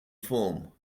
form